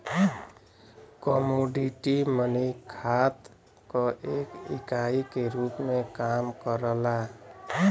commodity money खात क एक इकाई के रूप में काम करला